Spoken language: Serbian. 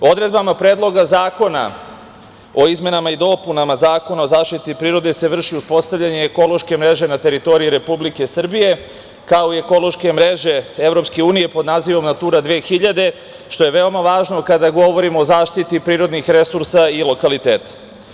Odredbama Predloga zakona o izmenama i dopuna Zakona o zaštiti prirode se vrši uspostavljanje ekološke mreže na teritoriji Republike Srbije, kao i ekološke mreže EU pod nazivom „Natura 2000“, što je veoma važno kada govorimo o zaštiti prirodnih resursa i lokaliteta.